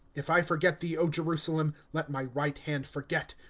if i forget thee, jerusalem. let my right hand forget!